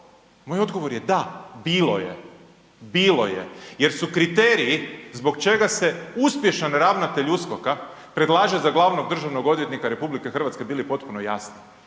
moj odgovor je da, bilo je. Bilo je. Jer su kriteriji zbog čega se uspješan ravnatelj USKOK-a predlaže za glavnog državnog odvjetnika RH bili potpuno jasni,